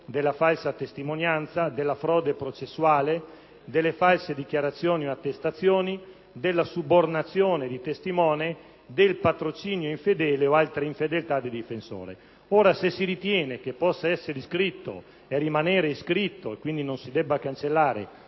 la falsa testimonianza, la frode processuale, le false dichiarazioni o attestazioni, la subornazione di testimone, il patrocinio infedele o altre infedeltà del difensore. Ora, se si ritiene che possa essere iscritto e rimanere iscritto nell'albo, e quindi non si debba cancellare,